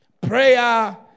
prayer